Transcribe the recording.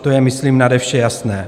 To je myslím nade vše jasné.